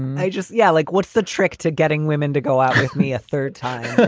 and i just. yeah. like, what's the trick to getting women to go out with me a third time?